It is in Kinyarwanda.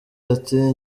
ati